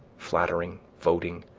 flattering, voting,